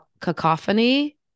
cacophony